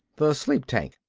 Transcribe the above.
the sleep tanks.